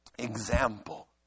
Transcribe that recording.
example